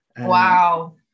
Wow